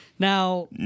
Now